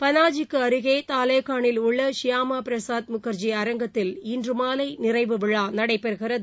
பனாஜிக்கு அருகே தலேகானில் உள்ள ஷிபாமா பிரசாத் முகர்ஜி அரங்கத்தில் இன்று மாலை நிறைவு விழா நடைபெறுகிறது